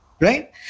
Right